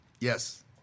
Yes